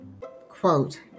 quote